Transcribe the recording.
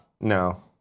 No